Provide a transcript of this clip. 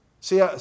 See